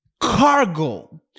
cargo